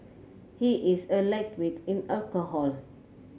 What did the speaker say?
he is a lightweight in alcohol